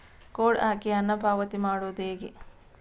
Code ಹಾಕಿ ಹಣ ಪಾವತಿ ಮಾಡೋದು ಹೇಗೆ?